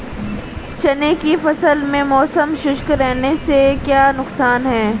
चने की फसल में मौसम शुष्क रहने से क्या नुकसान है?